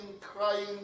crying